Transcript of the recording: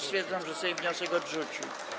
Stwierdzam, że Sejm wniosek odrzucił.